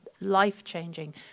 life-changing